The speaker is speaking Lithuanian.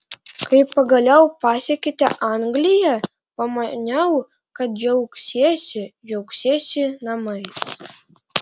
kai pagaliau pasiekėte angliją pamaniau kad džiaugsiesi džiaugsiesi namais